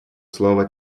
слово